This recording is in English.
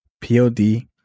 p-o-d